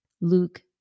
Luke